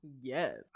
yes